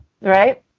Right